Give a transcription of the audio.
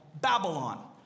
Babylon